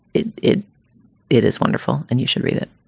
it it it is wonderful. and you should read it.